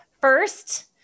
first